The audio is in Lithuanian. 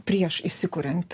prieš įsikuriant